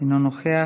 אינו נוכח.